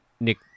Nick